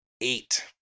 Eight